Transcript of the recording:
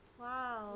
Wow